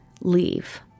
leave